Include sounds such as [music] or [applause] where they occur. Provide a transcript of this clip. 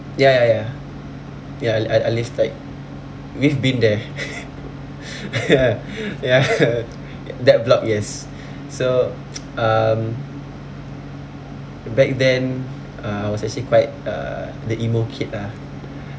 ya ya ya ya I I lived like we've been there [laughs] ya ya that block yes so [noise] um back then uh I was actually quite uh the emo kid lah